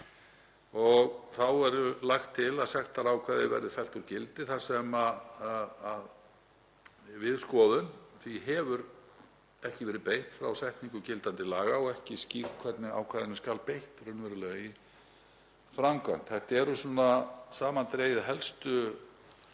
Þá er lagt til að sektarákvæði verði fellt úr gildi þar sem því hefur ekki verið beitt frá setningu gildandi laga og ekki skýrt hvernig ákvæðinu skal beitt raunverulega í framkvæmd. Þetta eru svona samandregið helstu